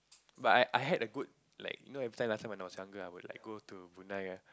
but I I had a good like you know every time last time when I was younger I would like go to Brunei ah